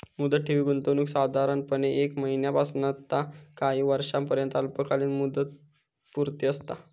मुदत ठेवी गुंतवणुकीत साधारणपणे एक महिन्यापासना ता काही वर्षांपर्यंत अल्पकालीन मुदतपूर्ती असता